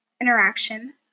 interaction